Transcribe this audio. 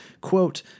Quote